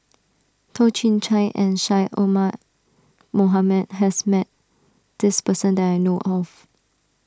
Toh Chin Chye and Syed Omar Mohamed has met this person that I know of